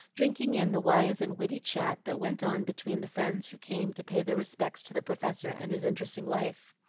drinking in the wise and witty chat that went on between the friends who came to pay their respects to the professor and his interesting wife.